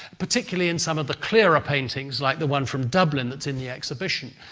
particularly in some of the clearer paintings like the one from dublin that's in the exhibition.